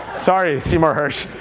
sorry seymour hirsch.